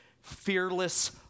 fearless